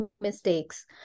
mistakes